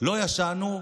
לא ישנו.